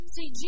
See